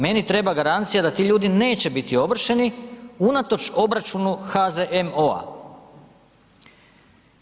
Meni treba garancija da ti ljudi neće biti ovršeni unatoč obračunu HZMO-a.